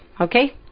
Okay